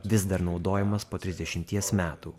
vis dar naudojamas po trisdešimties metų